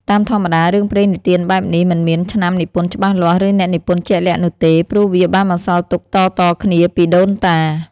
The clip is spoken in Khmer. តាមធម្មតា រឿងព្រេងនិទានបែបនេះ មិនមានឆ្នាំនិពន្ធច្បាស់លាស់ ឬអ្នកនិពន្ធជាក់លាក់នោះទេ ព្រោះវាបានបន្សល់ទុកតៗគ្នាពីដូនតា។